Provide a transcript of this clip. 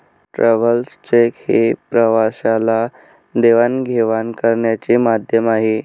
travellers cheque हे प्रवाशाला देवाणघेवाण करण्याचे माध्यम आहे